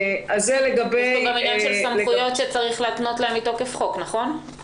יהיה